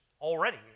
already